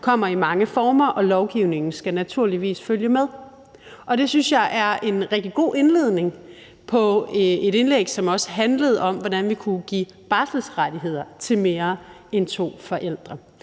»kommer i mange former. Lovgivningen skal naturligvis følge med«. Det synes jeg er en rigtig god indledning på et indlæg, som også handlede om, hvordan vi kunne give barselsrettigheder til mere end to forældre.